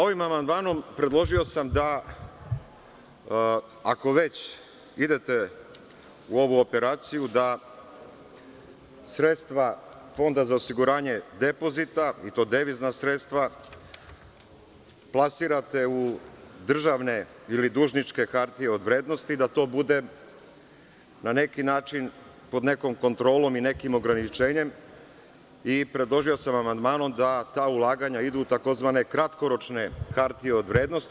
Ovim amandmanom predložio sam da, ako već idete u ovu operaciju, da sredstva Fonda za osiguranje depozita, i to devizna sredstva, plasirate u državne ili dužničke hartije od vrednosti, da to bude, na neki način, pod nekom kontrolom i nekim ograničenjem i predložio sam amandmanom da ta ulaganja idu u tzv. kratkoročne hartije od vrednosti.